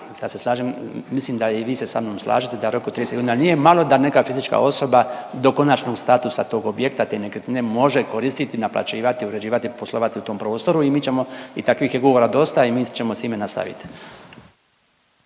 mislim da i vi se sa mnom slažete da rok od 30 godina nije malo da neka fizička osoba do konačnog statusa tog objekta, te nekretnine može koristiti, naplaćivati, uređivati, poslovati u tom prostoru i mi ćemo i takvih je ugovora dosta i mi ćemo s time nastaviti.